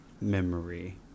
memory